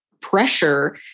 pressure